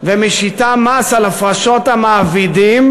ומשיתה מס על הפרשות המעבידים,